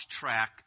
track